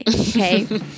okay